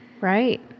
Right